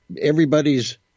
Everybody's